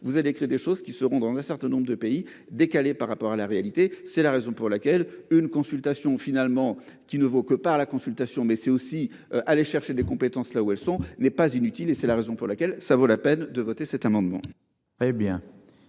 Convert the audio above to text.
vous avez écrit des choses qui seront dans un certain nombre de pays décalé par rapport à la réalité. C'est la raison pour laquelle une consultation finalement qui ne vaut que par la consultation mais c'est aussi aller chercher des compétences là où elles sont n'est pas inutile et c'est la raison pour laquelle ça vaut la peine de voter cet amendement.